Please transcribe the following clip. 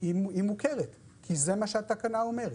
היא מוכרת כי זה מה שהתקנה אומרת.